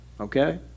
okay